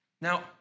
Now